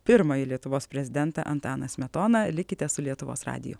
pirmąjį lietuvos prezidentą antaną smetoną likite su lietuvos radiju